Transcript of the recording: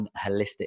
holistic